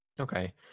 Okay